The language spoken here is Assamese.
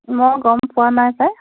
মই গ'ম পোৱা নাই পায়